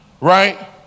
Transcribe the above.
right